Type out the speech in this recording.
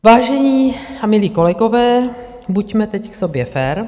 Vážení a milí kolegové, buďme teď k sobě fér.